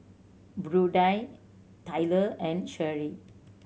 Prudie Tayla and Sheri